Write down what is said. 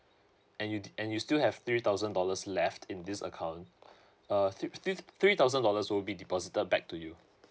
and you and you still have three thousand dollars left in this account uh three three three thousand dollars will be deposited back to you